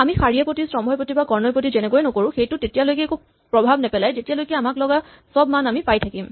আমি শাৰীয়ে প্ৰতি স্তম্ভই প্ৰতি বা কৰ্ণই প্ৰতি যেনেকৈয়ে নকৰো সেইটোৱে তেতিয়ালৈকে একো প্ৰভাৱ নেপেলায় যেতিয়ালৈকে আমাক লগা চব মান আমি পাই থাকিম